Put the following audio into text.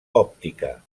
òptica